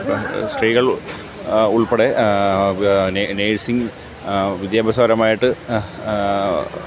ഇപ്പം സ്ത്രീകൾ ഉൾപ്പെടെ നഴ്സിംഗ് വിദ്യാഭ്യാസപരമായിട്ട്